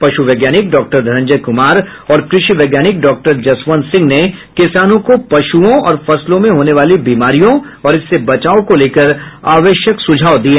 पशु वैज्ञानिक डॉक्टर धनंजय कुमार और कृषि वैज्ञानिक डॉक्टर जयवंत सिंह ने किसानों को पशुओं और फसलों में होने वाली बीमारियों और इससे बचाव को लेकर आवश्यक सुझाव दिये